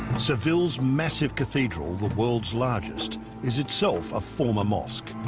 seville's massive cathedral, the world's largest is itself a former mosque,